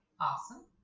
Awesome